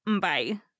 Bye